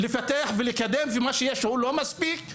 לפתח ולקדם, ומה שיש הוא לא מספיק.